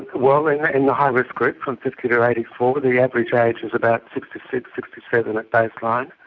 well, they were in the high risk group, from fifty to eighty four. the average age is about sixty six, sixty seven at baseline,